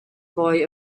boy